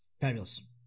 Fabulous